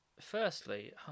Firstly